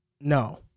no